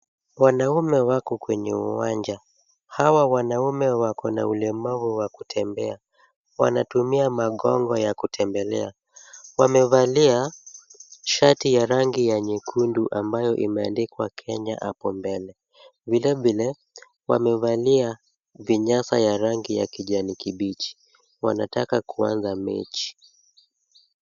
Wanaume wako kwenye uwanja. Hawa wanaume wako na ulemavu wa kutembea. Wanatumia magongo ya kutembelea. Wamevalia shati ya rangi ya nyekundu ambayo imeandikwa Kenya apo mbele, vilevile wamevalia vinyasa ya rangi ya kijani kibichi. Wanataka kuanza mechi.